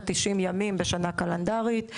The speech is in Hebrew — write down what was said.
עד 90 ימים בשנה קלנדרית.